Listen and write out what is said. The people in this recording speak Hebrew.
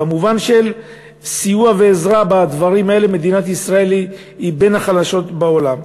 במובן של סיוע ועזרה בדברים האלה מדינת ישראל היא בין החלשות בעולם.